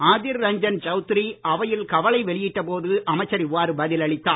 அதீர்ரஞ்சன் சௌத்ரி அவையில் கவலை வெளியிட்ட போது அமைச்சர் இவ்வாறு பதில் அளித்தார்